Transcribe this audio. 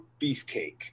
Beefcake